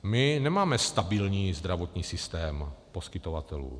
My nemáme stabilní zdravotní systém poskytovatelů.